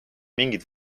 mingit